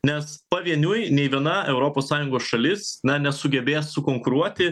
nes pavieniui nei viena europos sąjungos šalis nesugebės sukonkuruoti